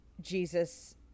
jesus